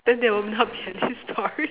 then there will not be any story